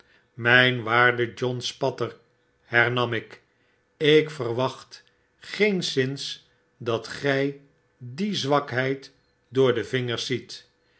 myn waarde john spatter hernam ik ik verwacht g e e n s z i n s dat gy die zwakheid door de vmgers ziet